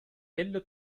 elle